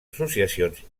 associacions